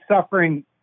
suffering